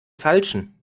falschen